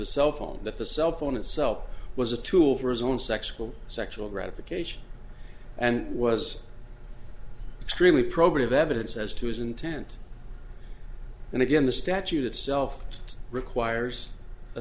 the cell phone that the cell phone itself was a tool for his own sexual sexual gratification and was extremely probative evidence as to his intent and again the statute itself requires a